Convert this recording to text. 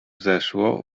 wzeszło